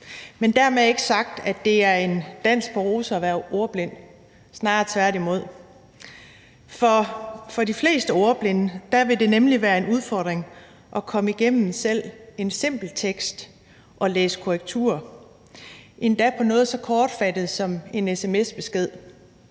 Men dermed ikke sagt, at det er en dans på roser at være ordblind – snarere tværtimod. For for de fleste ordblinde vil det nemlig være en udfordring at komme igennem selv en simpel tekst og at læse korrektur på den, endda på noget så kortfattet som en sms-besked.